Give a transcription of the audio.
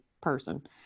person